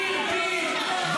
פיר-פיר,